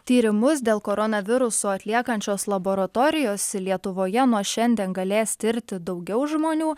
tyrimus dėl koronaviruso atliekančios laboratorijos lietuvoje nuo šiandien galės tirti daugiau žmonių